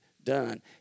done